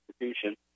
institution